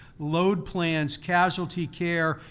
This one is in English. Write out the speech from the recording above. load plans, casualty care,